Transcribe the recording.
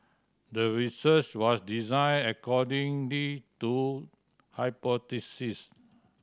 the research was designed according to hypothesis